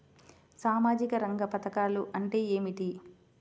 సామాజిక రంగ పధకాలు అంటే ఏమిటీ?